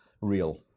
real